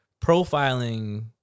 profiling